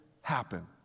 happen